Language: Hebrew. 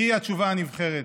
היא התשובה הנבחרת,